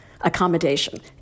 accommodation